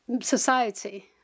society